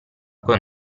con